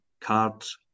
cards